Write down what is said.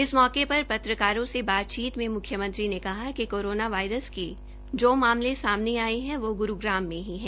इस मौके पर पत्रकारों से बातचीत में मुख्यमंत्री ने कहा कि कोरोना वायरस के जो मामले सामने आये है वो गुरूग्राम में ही है